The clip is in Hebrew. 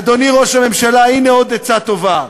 אדוני ראש הממשלה, הנה עוד עצה טובה: